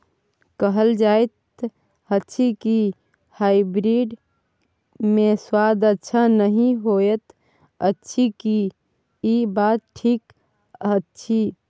कहल जायत अछि की हाइब्रिड मे स्वाद अच्छा नही होयत अछि, की इ बात ठीक अछि?